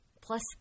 plus